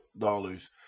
dollars